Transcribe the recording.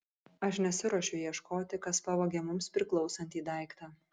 aš nesiruošiu ieškoti kas pavogė mums priklausantį daiktą